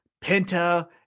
Pinta